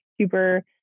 super